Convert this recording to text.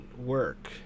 work